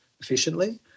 efficiently